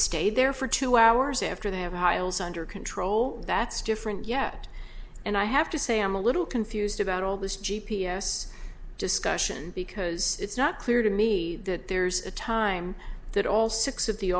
stayed there for two hours after they have a high old under control that's different yet and i have to say i'm a little confused about all this g p s discussion because it's not clear to me that there's a time that all six of the